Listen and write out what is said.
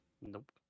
Nope